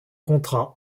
contrats